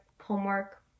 homework